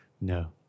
No